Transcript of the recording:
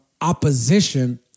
opposition